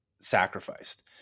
sacrificed